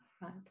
right